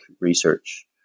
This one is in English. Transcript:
research